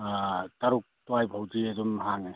ꯑꯥ ꯇꯔꯨꯛ ꯁ꯭ꯋꯥꯏ ꯐꯥꯎꯗꯤ ꯑꯗꯨꯝ ꯍꯥꯡꯉꯦ